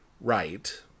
right